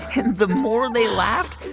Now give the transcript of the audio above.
and the more they laughed,